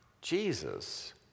Jesus